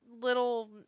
little